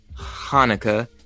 Hanukkah